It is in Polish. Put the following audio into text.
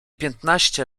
piętnaście